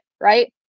right